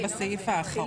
אנחנו בסעיף האחרון.